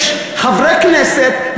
יש חברי כנסת,